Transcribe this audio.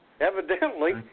Evidently